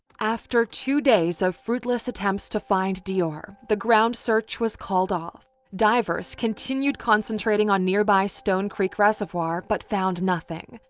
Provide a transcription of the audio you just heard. after two days of fruitless attempts to find deorr, the ground search was called off. divers continued concentrating on nearby stone creek reservoir but found nothing.